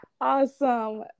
Awesome